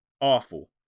Awful